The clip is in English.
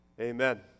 Amen